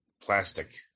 plastic